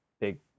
Big